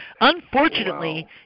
Unfortunately